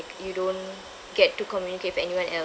you don't get to communicate with anyone else